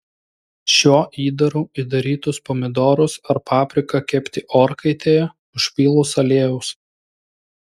šiuo įdaru įdarytus pomidorus ar papriką kepti orkaitėje užpylus aliejaus